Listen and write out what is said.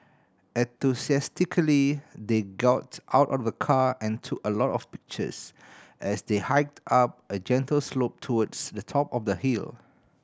enthusiastically they got out of the car and took a lot of pictures as they hiked up a gentle slope towards the top of the hill